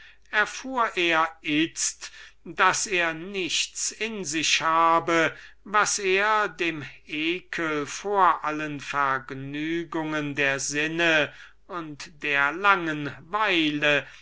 daß er nichts in sich habe das er dem ekel vor allen vergnügungen der sinne und der langenweile